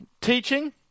teaching